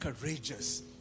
courageous